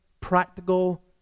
practical